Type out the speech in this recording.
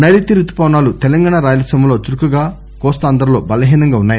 నైరుతి రుతుపవనాలు తెలంగాణ రాయలసీమల్లో చురుకుగా కోస్తా ఆంధ్రాలో బలహీనం గా ఉన్నాయి